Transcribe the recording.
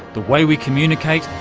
the way we communicate,